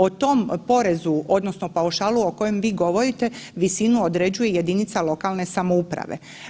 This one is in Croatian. O tom porezu odnosno paušalu o kojem vi govorite, visinu određuje jedinica lokalne samouprave.